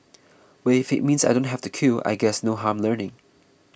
we if it means I don't have to queue I guess no harm learning